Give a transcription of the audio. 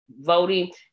voting